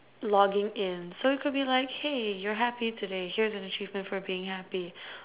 logging in so it could be like hey you're happy today here's an achievement for being happy